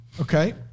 okay